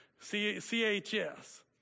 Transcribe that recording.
CHS